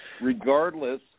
regardless